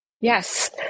Yes